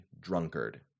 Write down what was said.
drunkard